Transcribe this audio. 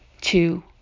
two